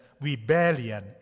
rebellion